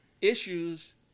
issues